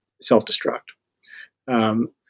self-destruct